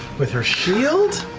with her shield?